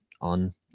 on